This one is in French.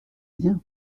bien